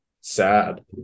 Sad